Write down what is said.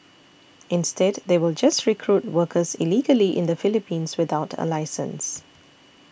instead they will just recruit workers illegally in the Philippines without a licence